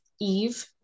Eve